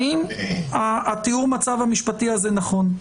האם תיאור המצב המשפטי הזה נכון?